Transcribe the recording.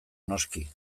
noski